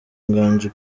inganji